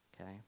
okay